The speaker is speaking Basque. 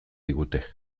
digute